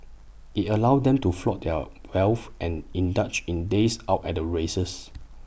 IT allowed them to flaunt their wealth and indulge in days out at the races